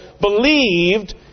believed